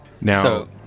Now